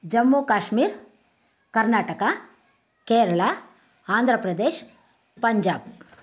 Jammu Kashmir Karnataka Kerala Andhra Pradesh Punjab